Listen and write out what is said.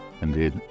indeed